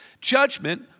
judgment